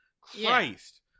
Christ